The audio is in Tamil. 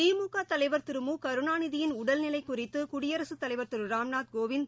திமுக தலைவர் திரு மு கருணாநிதியின் உடல் நிலைகுறித்துகுடியரசுத் தலைவர் திருராம்நூத் கோவிந்த்